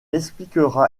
expliquera